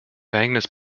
verhängnis